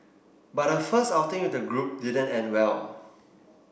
but her first outing with the group didn't end well